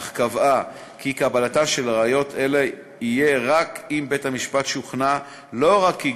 אך קבעה כי קבלתן של ראיות אלה תהיה רק אם בית-המשפט שוכנע לא רק כי